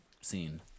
scene